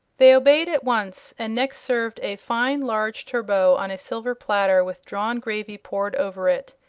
they obeyed at once, and next served a fine large turbot on a silver platter, with drawn gravy poured over it.